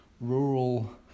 rural